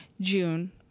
June